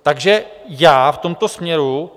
Takže já v tomto směru...